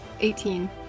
18